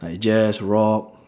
like jazz rock